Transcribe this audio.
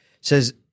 says